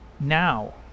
Now